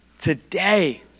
today